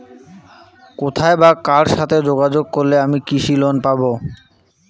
কোথায় বা কার সাথে যোগাযোগ করলে আমি কৃষি লোন পাব?